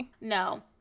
no